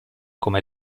come